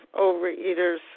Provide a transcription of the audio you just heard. Overeaters